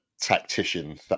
tactician